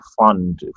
fund